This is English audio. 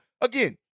again